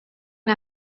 and